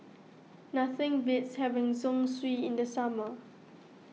nothing beats having Zosui in the summer